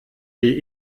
die